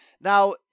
Now